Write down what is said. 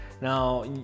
Now